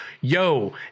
Yo